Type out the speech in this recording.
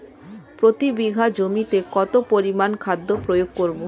প্রতি বিঘা জমিতে কত পরিমান খাদ্য প্রয়োগ করব?